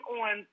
on